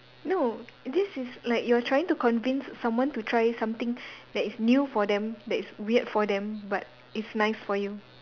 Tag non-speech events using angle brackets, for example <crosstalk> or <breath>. no this is like you are trying to convince someone to try something <breath> that is new for them that is weird for them but it's nice for you